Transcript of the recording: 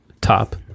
top